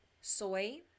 soy